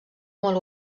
molt